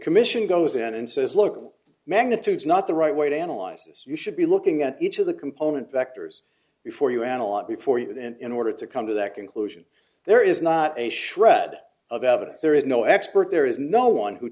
commission goes in and says look magnitudes not the right way to analyze this you should be looking at each of the component vectors before you analyze before you in order to come to that conclusion there is not a shred of evidence there is no expert there is no one who